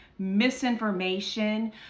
misinformation